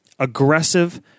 aggressive